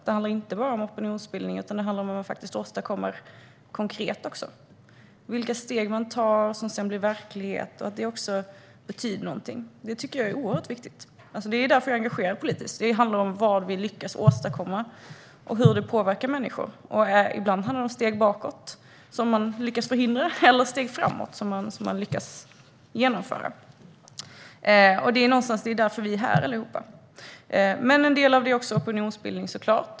Det handlar inte bara om opinionsbildning utan också om vad man åstadkommer konkret. Det gäller vilka steg man tar som sedan blir verklighet. Det betyder också någonting. Det är oerhört viktigt. Det är därför jag är engagerad politiskt. Det handlar om vad vi lyckas åstadkomma och hur det påverkar människor. Ibland handlar det om steg bakåt som man lyckas förhindra eller steg framåt som man lyckas genomföra. Det är någonstans därför vi allihop är här. En del är såklart också opinionsbildning.